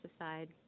aside